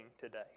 today